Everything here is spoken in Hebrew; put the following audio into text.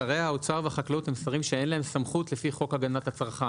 שרי האוצר והחקלאות הם שרים שאין להם סמכות לפי חוק הגנת הצרכן.